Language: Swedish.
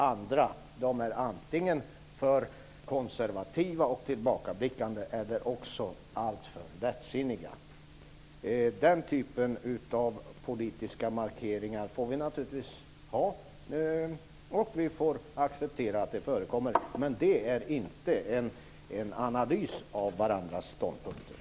Andra är antingen för konservativa och tillbakablickande eller alltför lättsinniga. Den typen av politiska markeringar kan naturligtvis göras, och vi får acceptera att sådana förekommer, men det är inte någon analys av de andras ståndpunkter.